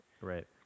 right